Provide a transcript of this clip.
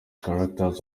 characters